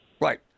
Right